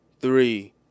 three